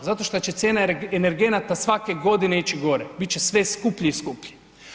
Zato što će cijena energenata svake godine ići gore, bit će sve skuplji i skuplji.